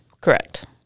Correct